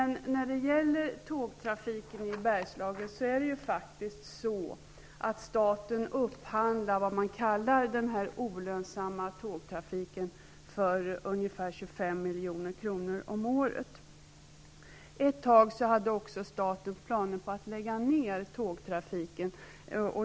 När det gäller tågtrafiken i Bergslagen är det staten som upphandlar den här som man kallar för den olönsamma tågtrafiken för ca 25 milj.kr. om året. Ett tag hade också staten planer på att lägga ner tågtrafiken.